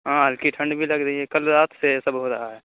ہاں ہلکی ٹھنڈ بھی لگ رہی ہے کل رات سے یہ سب ہو رہا ہے